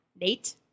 Nate